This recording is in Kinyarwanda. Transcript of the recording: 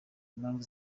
impamvu